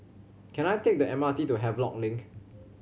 can I take the M R T to Havelock Link